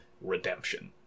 redemption